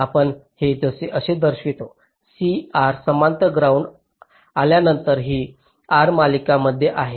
आपण हे असे दर्शवा C R समांतर ग्राउंड आल्यानंतर ही R मालिका मध्ये आहे